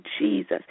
Jesus